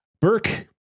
Burke